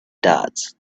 dots